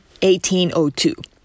1802